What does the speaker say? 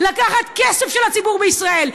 לקחת כסף של הציבור בישראל,